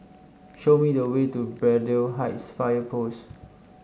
show me the way to Braddell Heights Fire Post